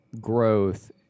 growth